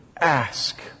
ask